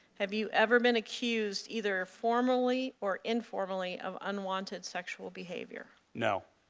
have you ever been accused either formally or informally of unwanted sexual behavior? no.